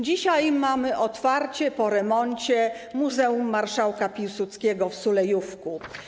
Dzisiaj mamy otwarcie po remoncie muzeum marszałka Piłsudskiego w Sulejówku.